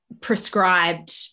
prescribed